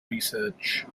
research